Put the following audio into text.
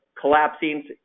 collapsing